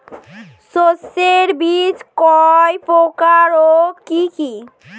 শস্যের বীজ কয় প্রকার ও কি কি?